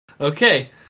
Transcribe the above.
Okay